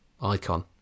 icon